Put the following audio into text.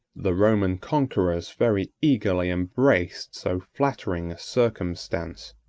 the roman conquerors very eagerly embraced so flattering a circumstance,